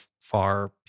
far